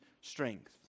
strength